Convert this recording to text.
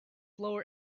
lower